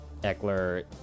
Eckler